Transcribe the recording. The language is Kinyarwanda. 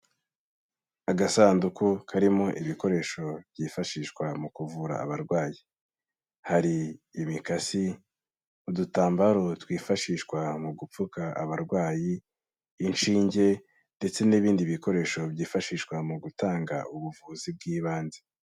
Agasanduku karimo ibikoresho byifashishwa mu kuvura abarwayi. Hari imikasi, udutambaro twifashishwa mu gupfuka abarwayi, inshinge ndetse n'ibindi bikoresho byifashishwa mu gutanga ubuvuzi bw'ibanze.